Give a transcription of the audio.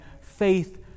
faith